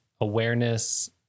awareness